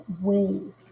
wave